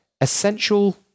essential